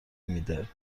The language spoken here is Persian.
میده